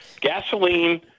Gasoline